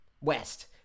West